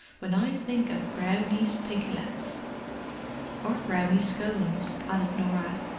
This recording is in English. when i think of brownie's pikelets or brownie's scones, added norah.